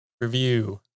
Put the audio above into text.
review